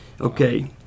Okay